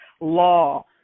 law